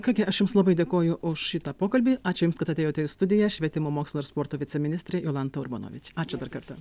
ką gi aš jums labai dėkoju už šitą pokalbį ačiū jums kad atėjote į studiją švietimo mokslo ir sporto viceministrė jolanta urbonovič ačiū dar kartą